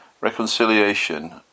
reconciliation